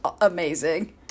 amazing